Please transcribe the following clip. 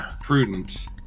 prudent